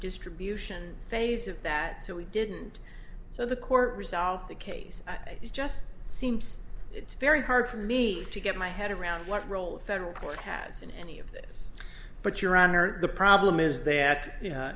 distribution phase of that so he didn't so the court resolved the case it just seems it's very hard for me to get my head around what role the federal court has in any of this but your honor the problem is that